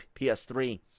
PS3